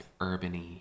urban-y